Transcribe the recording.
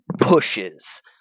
pushes